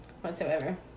Whatsoever